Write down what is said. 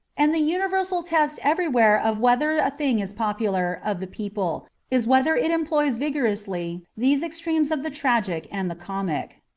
and the universal test everywhere of whether a thing is popular, of the people, is whether it employs vigorously these extremes of the tragic and the comic.